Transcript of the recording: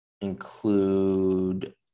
include